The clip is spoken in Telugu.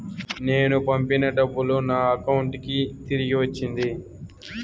నేను పంపిన డబ్బులు నా అకౌంటు కి తిరిగి వచ్చింది